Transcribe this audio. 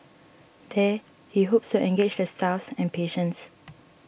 there he hopes to engage the staffs and patients